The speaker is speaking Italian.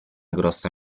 grossa